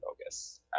focus